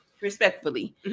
Respectfully